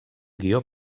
guió